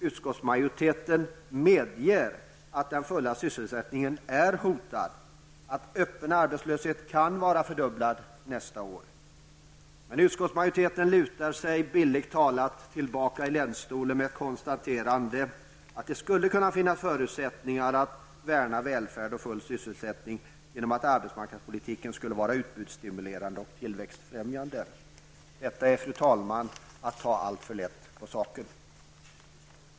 Utskottsmajoriteten medger att den fulla sysselsättningen är hotad, att den öppna arbetslösheten kan vara fördubblad nästa år. Men utskottsmajoriteten lutar sig bildligt talat tillbaka i länsstolen med konstaterandet att det skulle kunna finnas förutsättningar att värna välfärd och full sysselsättning genom att arbetsmarknadspolitiken var utbudsstimulerande och tillväxtfrämjande. Detta är, fru talman, att ta alltför lätt på saken.